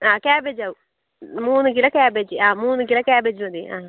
ആ കാബേജാവും മൂന്ന് കിലോ കാബേജ് ആ മൂന്ന് കിലോ കാബേജ് മതി ആ